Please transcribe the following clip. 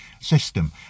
system